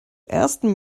ersten